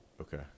Okay